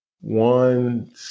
one